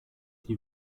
die